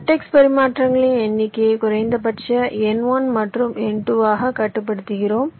vertex பரிமாற்றங்களின் எண்ணிக்கையை குறைந்தபட்ச n1 மற்றும் n2 ஆகக் கட்டுப்படுத்துகிறோம்